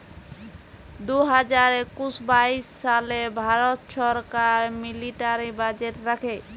দু হাজার একুশ বাইশ সালে ভারত ছরকার মিলিটারি বাজেট রাখে